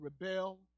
rebel